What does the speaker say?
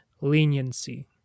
leniency